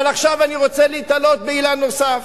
אבל עכשיו אני רוצה להיתלות באילן נוסף,